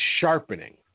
sharpening